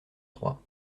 trois